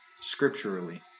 Scripturally